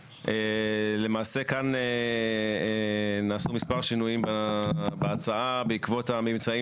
למעשה כאן נעשו מספר שינויים בהצעה בעקבות הממצאים